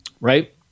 right